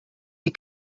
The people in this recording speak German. die